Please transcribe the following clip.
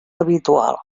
habitual